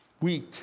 weak